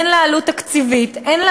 שאין לה